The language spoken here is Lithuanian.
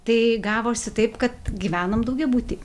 tai gavosi taip kad gyvenom daugiabuty